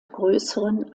größeren